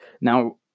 Now